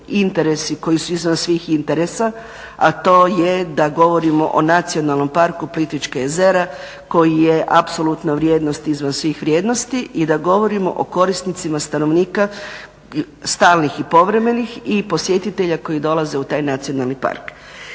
koji su izvan svih interesa, a to je da govorimo o Nacionalnom parku Plitvička jezera koja je apsolutna vrijednost izvan svih vrijednosti i da govorimo o korisnicima stanovnika stalnih i povremenih i posjetitelja koji dolaze u taj nacionalni park.